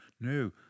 No